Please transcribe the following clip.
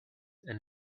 and